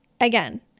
again